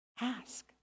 Ask